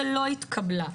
שלא התקבלה,